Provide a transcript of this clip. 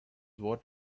what